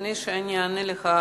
לפני שאני אענה לך,